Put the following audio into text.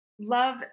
love